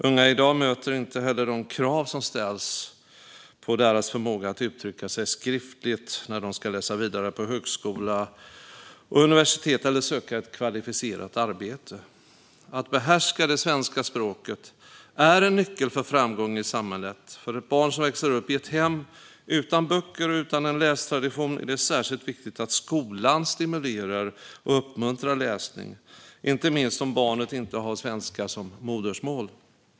Unga i dag möter inte heller krav som ställs på deras förmåga att uttrycka sig skriftligt när de ska läsa vidare på högskola och universitet eller söka ett kvalificerat arbete. Att behärska det svenska språket är en nyckel för framgång i samhället. För ett barn som växer upp i ett hem utan böcker och utan en lästradition är det särskilt viktigt att skolan stimulerar och uppmuntrar läsning, inte minst om barnet inte har svenska som modersmål.